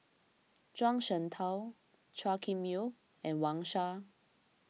Zhuang Shengtao Chua Kim Yeow and Wang Sha